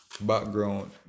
background